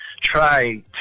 try